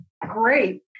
great